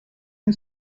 این